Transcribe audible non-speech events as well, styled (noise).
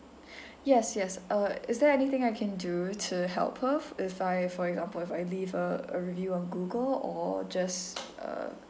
(breath) yes yes uh is there anything I can do to help her if I for example if I leave a a review on Google or just uh